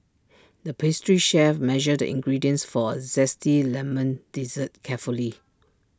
the pastry chef measured the ingredients for A Zesty Lemon Dessert carefully